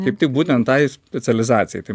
kaip tik būtent tai specializacijai tai